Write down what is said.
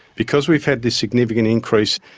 because we've had this significant increase,